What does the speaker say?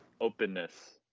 openness